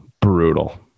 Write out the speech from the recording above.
brutal